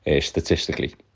statistically